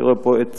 אני רואה פה את